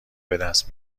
بدست